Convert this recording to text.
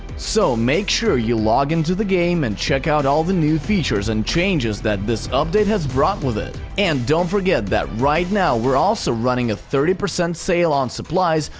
so, make sure you log into the game and check out all the new features and changes that this update has brought with it. and don't forget that right now we're also running a thirty percent sale on supplies,